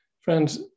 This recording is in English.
Friends